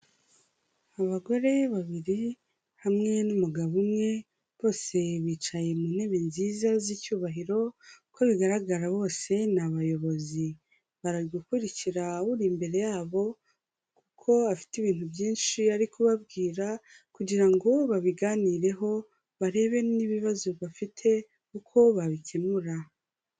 Abagore babiri hamwe n'umugabo umwe bose bicaye mu ntebe nziza z'icyubahiro, uko bigaragara bose ni abayobozi, bari gukurikira uri imbere yabo kuko afite ibintu byinshi ari kubabwira kugira ngo babiganireho, barebe n'ibibazo bafite uko babikemura.